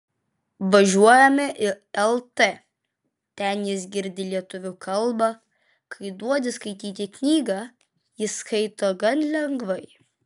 važiuojame į lt ten jis girdi lietuvių kalbą kai duodi skaityti knygą jis skaito gan lengvai